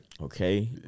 okay